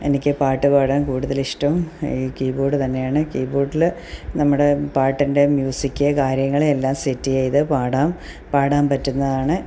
എനിക്കു പാട്ടു പാടാൻ കൂടുതലിഷ്ടവും ഈ കീബോഡ് തന്നെയാണ് കീബോഡിൽ നമ്മുടെ പാട്ടിൻ്റെ മ്യൂസിക് കാര്യങ്ങൾ എല്ലാം സെറ്റ് ചെയ്തു പാടാം പാടാൻ പറ്റുന്നതാണ്